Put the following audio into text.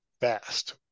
fast